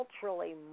culturally